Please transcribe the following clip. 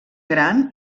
gran